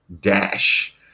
Dash